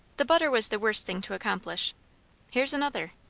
the butter was the worst thing to accomplish here's another!